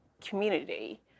community